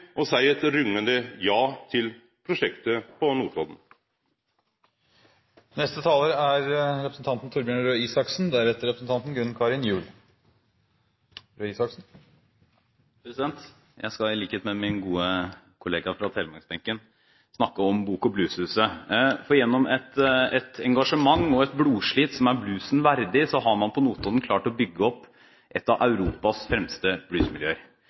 og seie eit rungande ja til prosjektet på Notodden. Jeg skal i likhet med min gode kollega fra telemarksbenken snakke om Bok- og Blueshuset. Gjennom et engasjement og et blodslit som er bluesen verdig, har man på Notodden klart å bygge opp et av Europas fremste